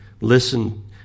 Listen